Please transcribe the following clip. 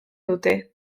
dute